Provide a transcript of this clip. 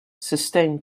sustained